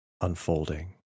unfolding